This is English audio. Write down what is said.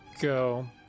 go